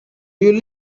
you